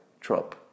Trump